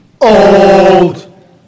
Old